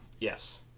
Yes